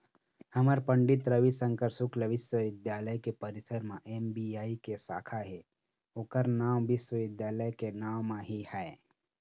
हमर पंडित रविशंकर शुक्ल बिस्वबिद्यालय के परिसर म एस.बी.आई के साखा हे ओखर नांव विश्वविद्यालय के नांव म ही है